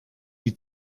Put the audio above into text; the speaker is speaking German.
die